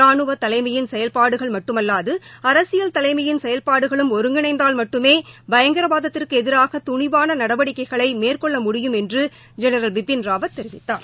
ரானுவ தலைமையின் செயல்பாடுகள் மட்டுமல்லாது அரசியல் தலைமையின் செயல்பாடுகளும் ஒருங்கிணைந்தால் மட்டுமே பயங்கரவாதத்திற்கு எதிராக துணிவான நடவடிக்கைகளை மேற்கொள்ள முடியும் என்று ஜெனரல் பிபின் ராவத் தெரிவித்தார்